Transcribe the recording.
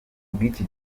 bw’iki